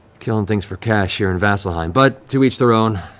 killing things for cash here in vasselheim. but to each their own.